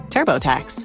TurboTax